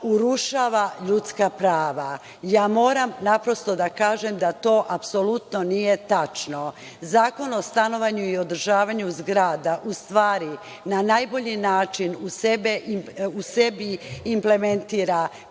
urušava ljudska prava. Ja moram naprosto da kažem da to apsolutno nije tačno. Zakon o stanovanju i održavanju zgrada u stvari na najbolji način u sebi implementira, pre